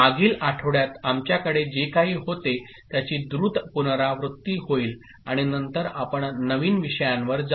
मागील आठवड्यात आमच्याकडे जे काही होते त्याची द्रुत पुनरावृत्ती होईल आणि नंतर आपणनवीन विषयांवर जाऊ